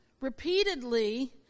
repeatedly